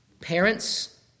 Parents